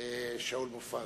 שאול מופז.